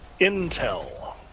intel